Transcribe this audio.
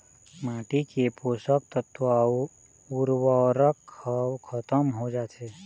माटी के पोसक तत्व अउ उरवरक ह खतम हो जाथे